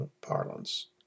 parlance